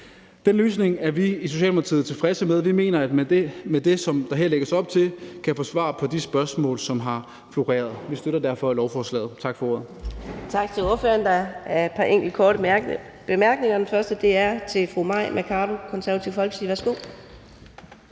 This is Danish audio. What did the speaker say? Den løsning er vi tilfredse med i Socialdemokratiet. Vi mener, at man med det, der her lægges op til, kan få svar på de spørgsmål, som har floreret. Vi støtter derfor lovforslaget. Tak for ordet.